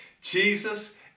Jesus